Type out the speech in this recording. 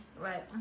Right